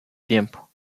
tiempo